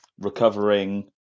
recovering